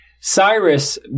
Cyrus